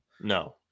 No